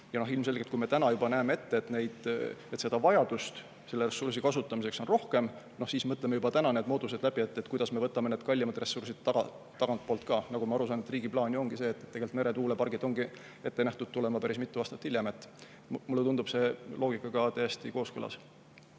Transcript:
Ilmselgelt, kui me täna juba näeme ette, et vajadust selle ressursi kasutamiseks on rohkem, siis me mõtleme juba täna need moodused läbi, kuidas me võtame need kallimad ressursid tagantpoolt ka. Nagu ma olen aru saanud, riigi plaan ongi see, et meretuulepargid on ette nähtud tulema päris mitu aastat hiljem. Mulle tundub see loogikaga täiesti kooskõlas.